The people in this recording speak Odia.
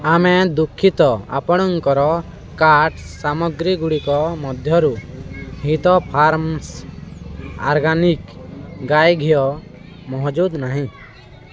ଆମେ ଦୁଃଖିତ ଆପଣଙ୍କର କାର୍ଟ୍ ସାମଗ୍ରୀଗୁଡ଼ିକ ମଧ୍ୟରୁ ହିତ ଫାର୍ମସ୍ ଅର୍ଗାନିକ୍ ଗାଈ ଘିଅ ମହଜୁଦ ନାହିଁ